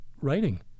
writing